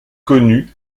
connu